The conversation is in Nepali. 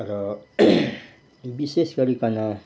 र विशेष गरिकन